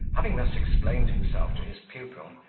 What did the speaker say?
having thus explained himself to his pupil,